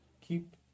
keep